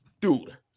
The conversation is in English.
dude